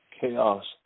Chaos